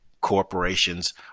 corporations